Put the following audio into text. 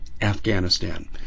Afghanistan